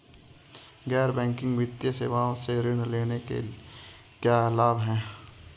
गैर बैंकिंग वित्तीय सेवाओं से ऋण लेने के क्या लाभ हैं?